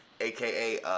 aka